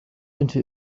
into